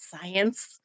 science